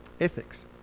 ethics